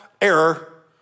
error